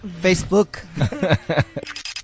Facebook